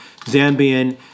Zambian